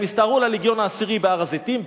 הם הסתערו על הלגיון העשירי בהר-הזיתים בחוץ,